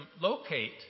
locate